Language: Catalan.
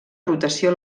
rotació